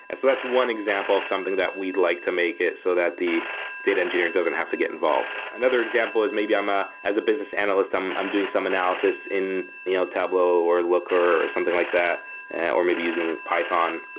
and so that's one example of something that we'd like to make it so that the data engineer doesn't have to get involved. another example is maybe, ah as a business analyst, i'm i'm doing some analysis in you know tableau or looker or something like that or maybe using python.